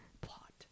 Plot